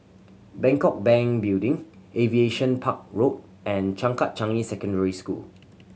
Bangkok Bank Building Aviation Park Road and Changkat Changi Secondary School